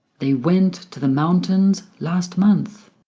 they went to the mountains last month